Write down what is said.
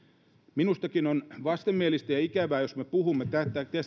minustakin on vastenmielistä ja ikävää jos me puhumme tästä istumajärjestyksestä ja